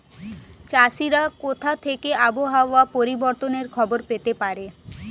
চাষিরা কোথা থেকে আবহাওয়া পরিবর্তনের খবর পেতে পারে?